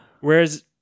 Whereas